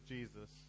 Jesus